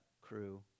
crew